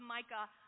Micah